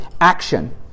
action